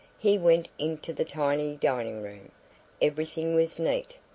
he went into the tiny dining-room everything was neat,